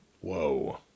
Whoa